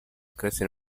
crece